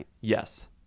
Yes